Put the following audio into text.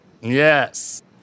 Yes